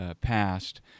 passed